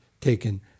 taken